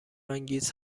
انگیز